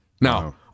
Now